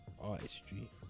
artistry